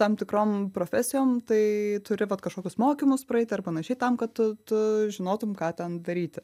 tam tikrom profesijom tai turi vat kažkokius mokymus praeiti ar panašiai tam kad tu tu žinotum ką ten daryti